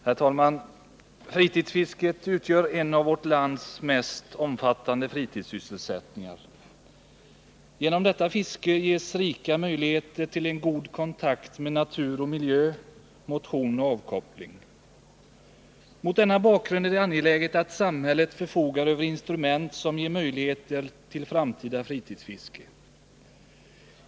Herr talman! Fritidsfisket utgör en av vårt lands mest omfattande fritidssysselsättningar. Genom fisket ges rika möjligheter till en god kontakt med natur och miljö, motion och avkoppling. Mot denna bakgrund är det angeläget att samhället förfogar över instrument som ger möjligheter till framtida fritidsfiske.